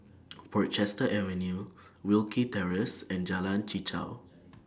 Portchester Avenue Wilkie Terrace and Jalan Chichau